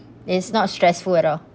it's not stressful at all